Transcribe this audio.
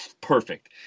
perfect